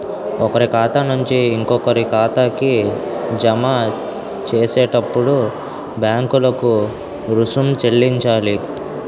ఒకరి ఖాతా నుంచి ఇంకొకరి ఖాతాకి జమ చేసేటప్పుడు బ్యాంకులకు రుసుం చెల్లించాలి